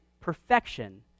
perfection